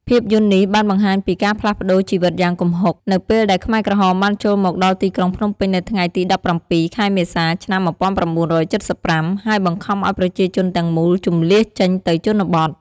ភាពយន្តនេះបានបង្ហាញពី ការផ្លាស់ប្តូរជីវិតយ៉ាងគំហុក នៅពេលដែលខ្មែរក្រហមបានចូលមកដល់ទីក្រុងភ្នំពេញនៅថ្ងៃទី ១៧ ខែមេសា ឆ្នាំ ១៩៧៥ ហើយបង្ខំឲ្យប្រជាជនទាំងមូលជម្លៀសចេញទៅជនបទ។